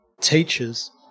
teachers